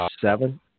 seven